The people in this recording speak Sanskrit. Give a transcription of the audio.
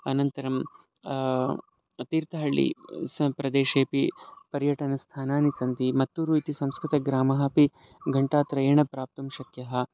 अनन्तरं तीर्थहळ्ळि अस् प्रदेशे अपि पर्यटनस्थानानि सन्ति मत्तूरु इति संस्कृतग्रामः अपि घण्टात्रयेण प्राप्तुं शक्यः